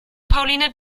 pauline